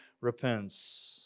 repents